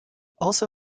also